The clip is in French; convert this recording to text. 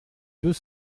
deux